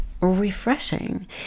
refreshing